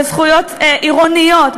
בזכויות עירוניות,